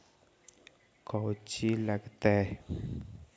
कौची लगतय?